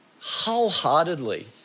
wholeheartedly